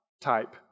type